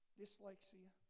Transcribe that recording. dyslexia